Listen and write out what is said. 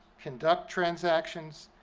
conduct transactions,